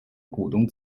股东